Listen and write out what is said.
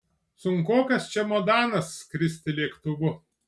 sunkokas čemodanas skristi lėktuvu